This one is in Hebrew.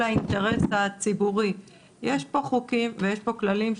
האינטרס הציבורי יש פה חוקים ויש פה כללים,